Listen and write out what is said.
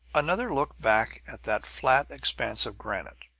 another look back at that flat expanse of granite,